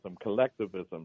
collectivism